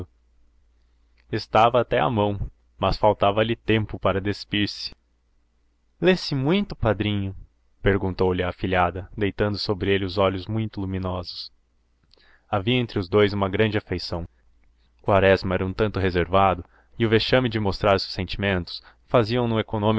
estava até à mão mas faltava-lhe tempo para despir-se lê-se muito padrinho perguntou-lhe a afilhada deitando sobre ele os seus olhos muito luminosos havia entre os dous uma grande afeição quaresma era um tanto reservado e o vexame de mostrar os seus sentimentos faziam no